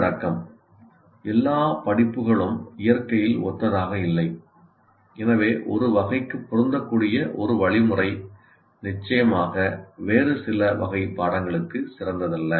உள்ளடக்கம் எல்லா படிப்புகளும் இயற்கையில் ஒத்ததாக இல்லை எனவே ஒரு வகைக்கு பொருந்தக்கூடிய ஒரு வழிமுறை நிச்சயமாக வேறு சில வகை பாடங்களுக்கு சிறந்ததல்ல